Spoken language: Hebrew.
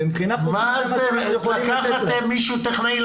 ומבחינה חוקית אנחנו יכולים --- מה זה לקחת מישהו טכנאי,